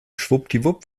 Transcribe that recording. schwuppdiwupp